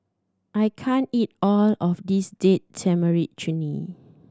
I can't eat all of this Date Tamarind Chutney